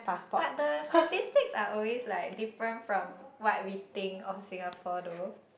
but the statistics are always like different from what we think of Singapore though